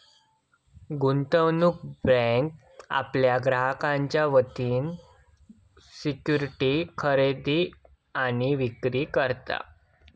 गुंतवणूक बँक आपल्या ग्राहकांच्या वतीन सिक्युरिटीज खरेदी आणि विक्री करता